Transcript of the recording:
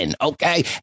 Okay